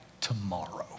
tomorrow